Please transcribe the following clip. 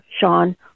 Sean